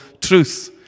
truth